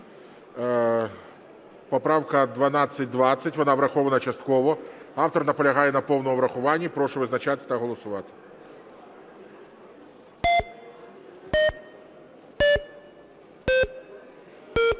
Поправка 1220. Вона врахована частково. Автор наполягає на повному врахуванні. Прошу визначатись та голосувати.